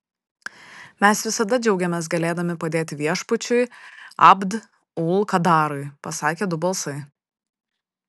mes visada džiaugiamės galėdami padėti viešpačiui abd ul kadarui pasakė du balsai